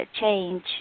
change